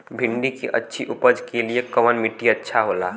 भिंडी की अच्छी उपज के लिए कवन मिट्टी अच्छा होला?